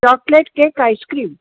chocolate cake icecream